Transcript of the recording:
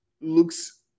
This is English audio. looks